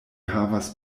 havas